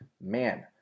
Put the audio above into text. Man